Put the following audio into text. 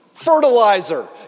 Fertilizer